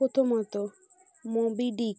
প্রথমত মোবি ডিক